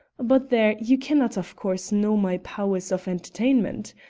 but there! you cannot, of course, know my powers of entertainment.